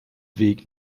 weg